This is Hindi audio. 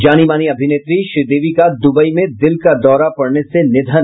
जानी मानी अभिनेत्री श्रीदेवी का दुबई में दिल का दौरा पड़ने से निधन